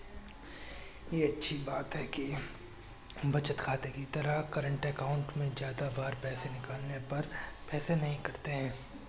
ये अच्छी बात है कि बचत खाते की तरह करंट अकाउंट में ज्यादा बार पैसे निकालने पर पैसे नही कटते है